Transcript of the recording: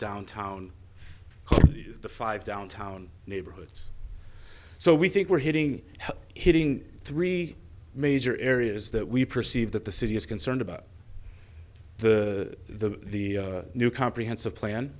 downtown the five downtown neighborhoods so we think we're hitting hitting three major areas that we perceive that the city is concerned about the the the new comprehensive plan